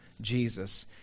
Jesus